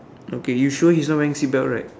okay you sure he's not wearing seat belt right